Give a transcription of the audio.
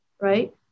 right